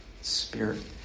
spirit